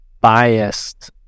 biased